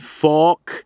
fork